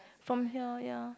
from here ya